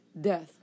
death